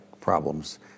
problems